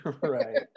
right